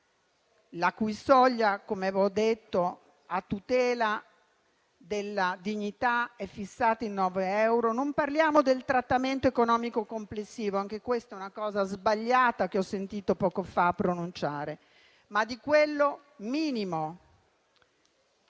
la cui soglia a tutela della dignità, come ho detto, è fissata a 9 euro, non parliamo del trattamento economico complessivo (anche questa è una cosa sbagliata che ho sentito pronunciare poco fa), ma di quello minimo.